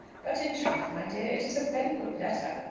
but in truth, my dear, it is a very good letter.